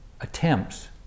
attempts